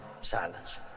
silence